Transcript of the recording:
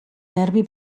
nervi